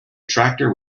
tractor